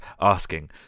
asking